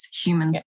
humans